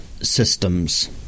systems